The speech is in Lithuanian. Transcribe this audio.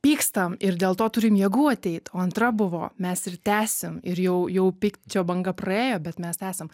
pykstam ir dėl to turim jėgų ateit o antra buvo mes ir tęsiam ir jau jau pykčio banga praėjo bet mes esam